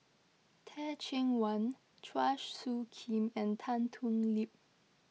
Teh Cheang Wan Chua Soo Khim and Tan Thoon Lip